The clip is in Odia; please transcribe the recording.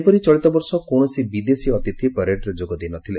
ସେହିପରି ଚଳିତବର୍ଷ କୌଣସି ବିଦେଶୀ ଅତିଥି ପ୍ୟାରେଡରେ ଯୋଗଦେଇ ନ ଥିଲେ